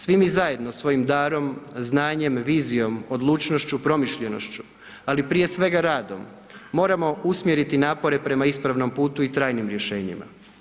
Svi mi zajedno svojim darom, znanjem, vizijom, odlučnošću, promišljenošću, ali prije svega, radom, moramo usmjeriti napore prema ispravnom putu i trajnim rješenjima.